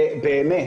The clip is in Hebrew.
באמת,